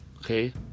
okay